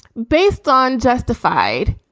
based on justified,